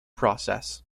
process